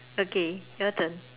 okay your turn